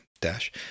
Dash